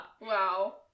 Wow